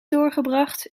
doorgebracht